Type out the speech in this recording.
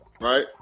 right